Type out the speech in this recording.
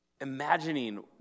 imagining